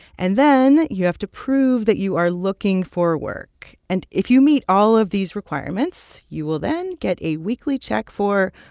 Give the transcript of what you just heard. and then you have to prove that you are looking for work. and if you meet all of these requirements, you will then get a weekly check for,